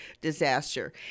disaster